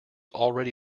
already